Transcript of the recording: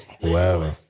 whoever